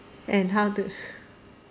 and how to